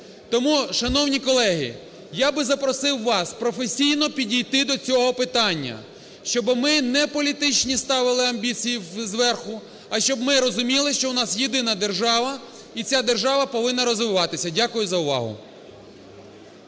Тому, шановні колеги, я би запросив вас професійно підійти до цього питання, щоб ми неполітичні ставили амбіції зверху, а щоб ми розуміли, що у нас єдина держава і ця держава повинна розвиватися. Дякую за увагу.